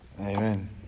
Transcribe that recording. Amen